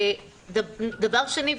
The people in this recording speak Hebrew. דבר שני,